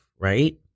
right